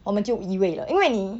我们就移位了因为你